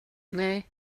nej